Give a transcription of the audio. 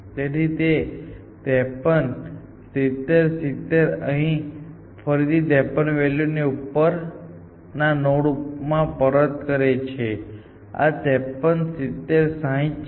તેથી તે 53 70 70 અને ફરીથી 53 વેલ્યુ ને ઉપર ના નોડ માં પરત કરે છે આ 53 70 60 છે